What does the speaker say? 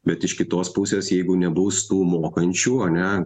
bet iš kitos pusės jeigu nebus tų mokančių ane